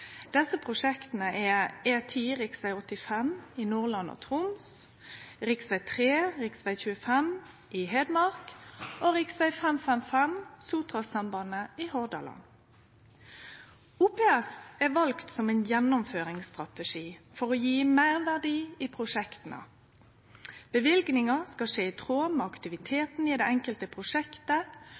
Desse prosjekta er: E10 / rv. 85 i Nordland og Troms, rv. 3 / rv. 25 i Hedmark og rv. 555 Sotrasambandet i Hordaland. OPS er valt som ein gjennomføringsstrategi, for å gje meirverdi i prosjekta. Løyvingar skal skje i tråd med aktiviteten i det enkelte prosjektet,